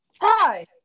Hi